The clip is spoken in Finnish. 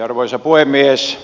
arvoisa puhemies